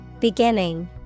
Beginning